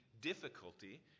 difficulty—